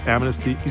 Amnesty